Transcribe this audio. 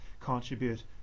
contribute